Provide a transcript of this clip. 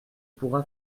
pourra